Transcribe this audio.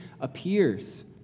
appears